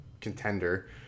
contender